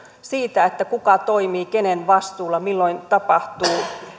siitä kuka toimii kenen vastuulla milloin tapahtuu